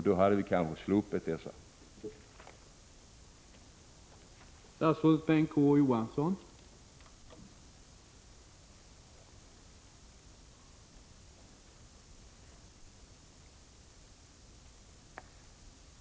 Då hade vi kanske sluppit löntagarfonderna.